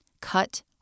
cut